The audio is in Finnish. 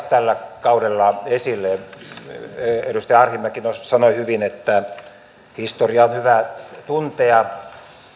tällä kaudella esillä edustaja arhinmäki tuossa sanoi hyvin että historia on hyvä tuntea